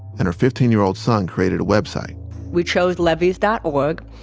and her fifteen year old son created a website we chose levees dot org.